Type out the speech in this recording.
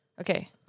Okay